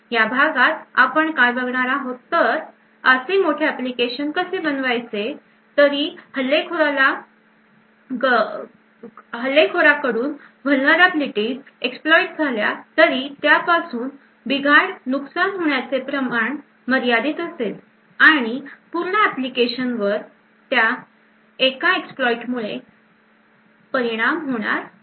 या भागात आपण काय बघणार आहोत तर असे मोठे ऍप्लिकेशन कसे बनवायचे तरी हल्लेखोराला कडून vulnerablities exploit झाल्या तरी त्यापासून बिघाड नुकसान होण्याचे प्रमाण मर्यादित असेल आणि पूर्ण एप्लीकेशन वर त्या एका exploit मुळे परिणाम होणार नाही